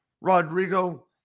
Rodrigo